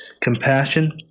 compassion